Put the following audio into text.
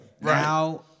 now